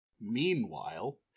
Meanwhile